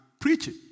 preaching